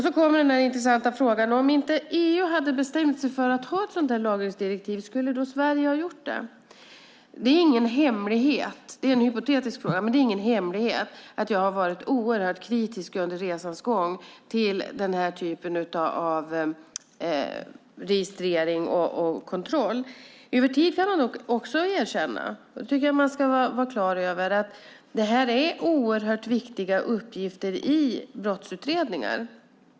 Så kommer den intressanta frågan: Om EU inte hade bestämt sig för att ha ett sådant här lagringsdirektiv, skulle Sverige ha gjort det? Det är en hypotetisk fråga, men det är ingen hemlighet att jag under resans gång har varit oerhört kritisk till den här typen av registrering och kontroll. Jag tycker att man ska vara klar över att det här är oerhört viktiga uppgifter i brottsutredningar.